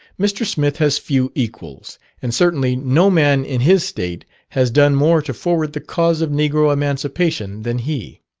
mr. smith has few equals and certainly no man in his state has done more to forward the cause of negro emancipation than he.